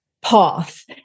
path